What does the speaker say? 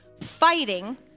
fighting